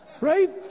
Right